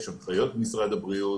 יש הנחיות משרד הבריאות,